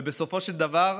ובסופו של דבר,